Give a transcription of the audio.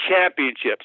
championships